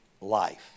life